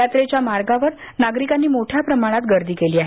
यात्रेच्या मार्गावर नागरिकांनी मोठ्या प्रमाणात गर्दी केली आहे